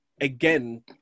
again